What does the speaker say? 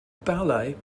ballet